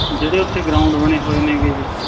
ਜਿਹੜੇ ਉੱਥੇ ਗਰਾਊਂਡ ਬਣੇ ਹੋਏ ਨੇਗੇ ਜੀ